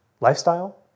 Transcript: lifestyle